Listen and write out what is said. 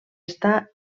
està